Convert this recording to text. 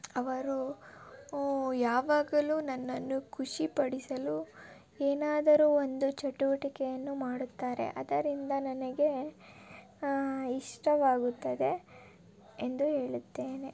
ಅವರು ಯಾವಾಗಲೂ ನನ್ನನ್ನು ಖುಷಿ ಪಡಿಸಲು ಏನಾದರು ಒಂದು ಚಟುವಟಿಕೆಯನ್ನು ಮಾಡುತ್ತಾರೆ ಅದರಿಂದ ನನಗೆ ಇಷ್ಟವಾಗುತ್ತದೆ ಎಂದು ಹೇಳುತ್ತೇನೆ